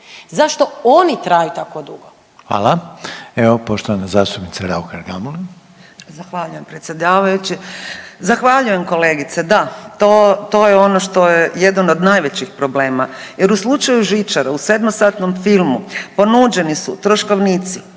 Zašto oni traju tako dugo?